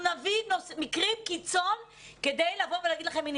נביא מקרי קיצון כדי לבוא ולהגיד לכם: הנה,